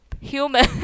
human